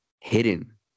hidden